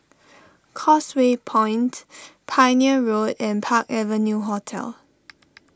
Causeway Point Pioneer Road and Park Avenue Hotel